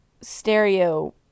stereo